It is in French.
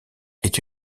est